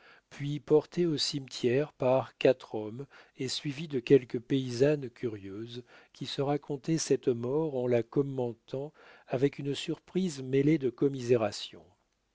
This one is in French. puis portée au cimetière par quatre hommes et suivie de quelques paysannes curieuses qui se racontaient cette mort en la commentant avec une surprise mêlée de